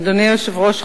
אדוני היושב-ראש,